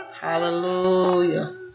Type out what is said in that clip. Hallelujah